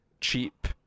cheap